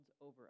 over